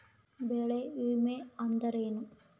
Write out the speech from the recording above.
ಬೆಳೆ ವಿಮೆ ಅಂದರೇನು?